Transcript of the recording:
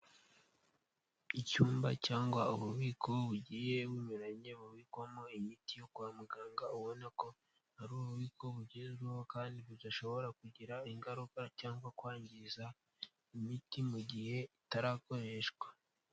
Icyumba cyangwa ububiko bugiye bunyuranye bubikwamo imiti yo kwa muganga, ubona ko hari ububiko bugezweho kandi budashobora kugira ingaruka cyangwa kwangiza imiti mu gihe itarakoreshwa.